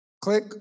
Click